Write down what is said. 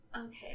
Okay